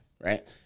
right